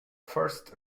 first